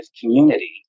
community